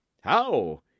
How